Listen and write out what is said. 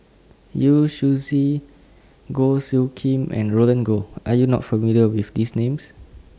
Yu Zhuye Goh Soo Khim and Roland Goh Are YOU not familiar with These Names